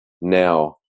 now